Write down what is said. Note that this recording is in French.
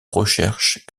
recherche